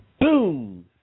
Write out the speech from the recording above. Boom